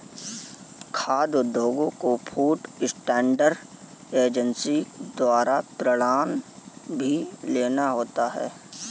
खाद्य उद्योगों को फूड स्टैंडर्ड एजेंसी द्वारा प्रमाणन भी लेना होता है